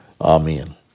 amen